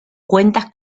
cuentas